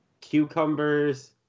cucumbers